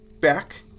back